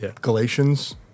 Galatians